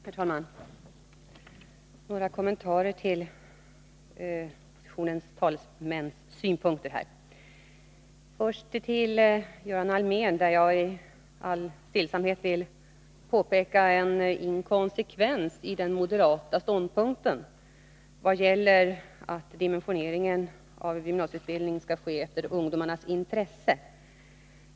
Herr talman! Några kommentarer till synpunkterna från oppositionens talesmän. För Göran Allmér vill jag först i all stillsamhet påpeka en inkonsekvens i den moderata ståndpunkten att dimensioneringen av gymnasiesutbildningen skall ske efter ungdomarnas intresse.